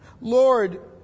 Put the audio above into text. Lord